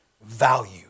value